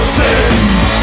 sins